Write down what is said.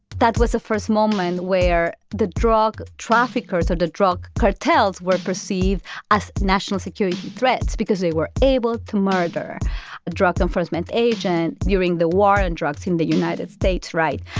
that was the first moment where the drug traffickers or the drug cartels were perceived as national security threats because they were able to murder a drug enforcement agent during the war on drugs in the united states, right?